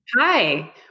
Hi